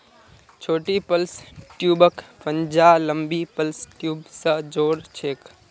छोटी प्लस ट्यूबक पंजा लंबी प्लस ट्यूब स जो र छेक